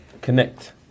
Connect